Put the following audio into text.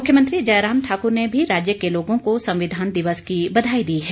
मुख्यमंत्री जयराम ठाकुर ने भी राज्य के लोगों को संविधान दिवस की बधाई दी है